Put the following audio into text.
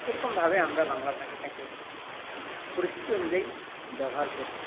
এরকমভাবে আমরা বাংলা ভাষাটাকে পরিস্থিতি অনুযায়ী ব্যবহার করি